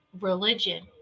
religion